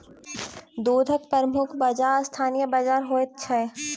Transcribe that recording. दूधक प्रमुख बाजार स्थानीय बाजार होइत छै